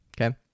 okay